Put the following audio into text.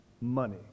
money